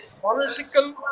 political